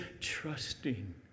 trusting